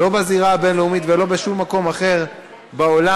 לא בזירה הבין-לאומית ולא בשום מקום אחר בעולם,